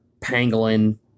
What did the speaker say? pangolin